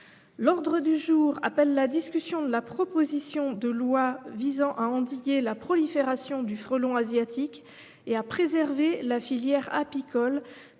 pour discuter avec vous de la proposition de loi visant à endiguer la prolifération du frelon asiatique et à préserver la filière apicole